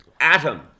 atom